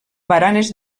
baranes